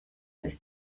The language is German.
ist